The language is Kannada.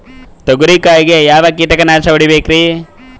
ತೊಗರಿ ಕಾಯಿಗೆ ಯಾವ ಕೀಟನಾಶಕ ಹೊಡಿಬೇಕರಿ?